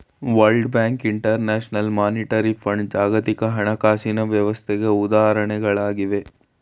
world bank, international monetary fund ಜಾಗತಿಕ ಹಣಕಾಸಿನ ವ್ಯವಸ್ಥೆಗೆ ಉದಾಹರಣೆಗಳಾಗಿವೆ